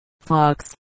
Fox